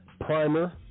primer